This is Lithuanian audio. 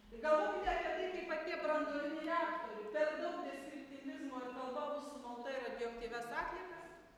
galbūt ne apie tai kaip apie branduolinį reaktorių per daug deskriptymizmo ir kalba bus sumalta į radioaktyvias atliekas